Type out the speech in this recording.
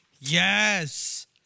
Yes